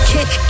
Kick